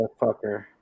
motherfucker